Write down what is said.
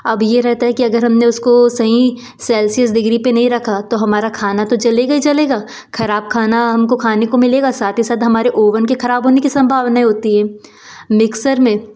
अब यह रहता है कि अगर हमने उसको सही सेल्सियस डिग्री पर नहीं रखा तो हमारा खाना तो जलेगा ही जलेगा ख़राब खाना हमको खाने को मिलेगा साथ ही साथ हमारे ओवन के ख़राब होने के सम्भावनाएँ होती हैं मिक्सर में